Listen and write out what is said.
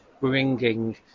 bringing